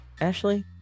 Ashley